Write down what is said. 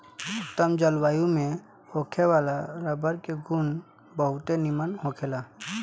उत्तम जलवायु में होखे वाला रबर के गुण बहुते निमन होखेला